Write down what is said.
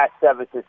services